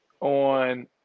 on